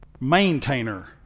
maintainer